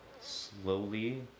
slowly